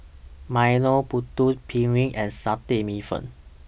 Milo Putu Piring and Satay Bee Hoon